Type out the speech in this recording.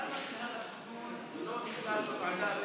שאלה: למה מינהל התכנון לא נכלל בוועדה הבין-משרדית?